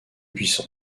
puissant